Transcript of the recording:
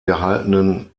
gehaltenen